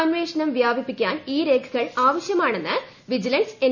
അന്വേഷണം വ്യാപിപ്പിക്കാൻ ഈ രേഖകൾ ആവശ്യമാണെന്ന് വിജിലൻസ് എൻ